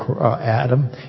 Adam